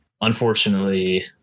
unfortunately